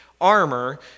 armor